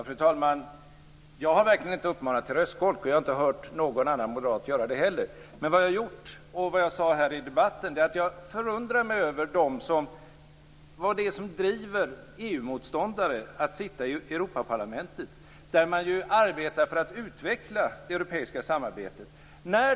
Fru talman! Jag har verkligen inte uppmanat till röstskolk, och jag har inte heller hört någon annan moderat göra det. Vad jag har gjort och vad jag sade här i debatten är att jag har förundrat mig över vad som driver EU-motståndare att sitta i Europaparlamentet, där man ju arbetar för att utveckla det europeiska samarbetet.